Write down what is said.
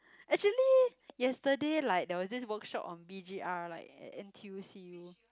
actually yesterday like there was this workshop on b_g_r like at N_T_U C you know